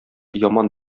яман